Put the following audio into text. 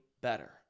better